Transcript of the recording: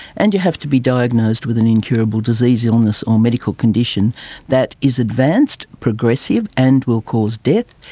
and you have to be diagnosed with an incurable disease, illness or medical condition that is advanced, progressive and will cause death,